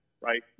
right